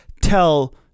tell